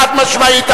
חד-משמעית,